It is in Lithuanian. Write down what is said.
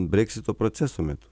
breksito proceso metu